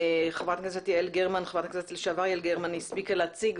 ח"כ לשעבר יעל גרמן הספיקה להציג